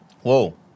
Whoa